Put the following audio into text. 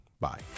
Bye